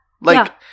Like-